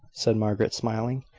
said margaret, smiling.